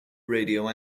radio